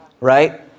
right